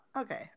okay